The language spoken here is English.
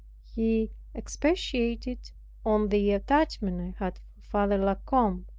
he expatiated on the attachment i had for father la combe,